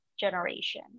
generation